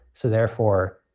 so therefore,